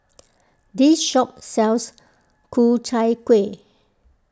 this shop sells Ku Chai Kuih